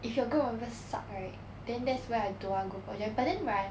if your group members suck right then that's where I don't want group project but then right